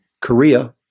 Korea